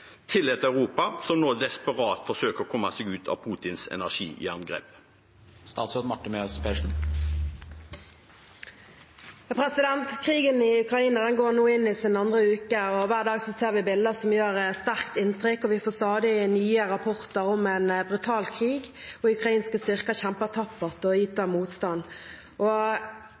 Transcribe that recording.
til et Europa som nå desperat forsøker å komme seg ut av Putins energijerngrep? Krigen i Ukraina går nå inn i sin andre uke, og hver dag ser vi bilder som gjør sterkt inntrykk. Vi får stadig nye rapporter om en brutal krig, og ukrainske styrker kjemper tappert og yter motstand. Jeg har stor forståelse for at mange også blir bekymret for hva som skjer i Europa, og